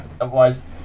Otherwise